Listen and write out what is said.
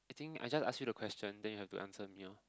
think I just ask you the question then you have to answer me orh